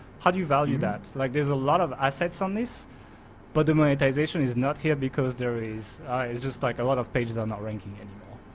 how do you value that? like, there's a lot of assets on this but the monetization is not here because there is is just like a lot of pages are not ranking it anymore.